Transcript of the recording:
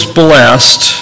blessed